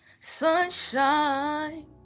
Sunshine